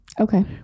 Okay